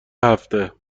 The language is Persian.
هفته